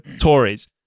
Tories